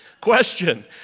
Question